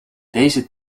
deze